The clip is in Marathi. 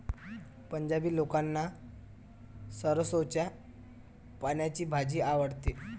पंजाबी लोकांना सरसोंच्या पानांची भाजी आवडते